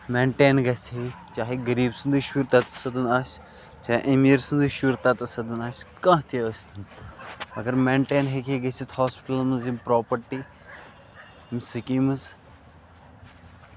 maintain گژھ ہے چاہےغریٖب سُندے شُر آسہِ کانہہ تہِ ٲسۍتن اَگر مینٹین ہیٚکہِ ہے گژھِتھ ہسپِٹلَن منٛز یِم پروپرٹی یم سِکیٖمٔز